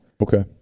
Okay